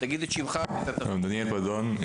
דניאל פדון,